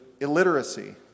illiteracy